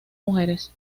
mujeres